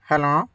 hello